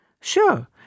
Sure